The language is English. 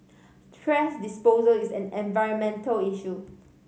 thrash disposal is an environmental issue